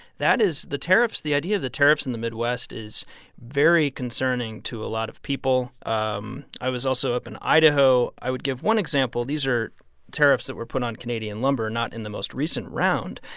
that is the tariffs the idea of the tariffs in the midwest is very concerning to a lot of people. um i was also up in idaho. i would give one example. these are tariffs that were put on canadian lumber not in the most recent round.